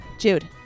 jude